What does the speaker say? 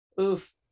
Oof